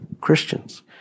Christians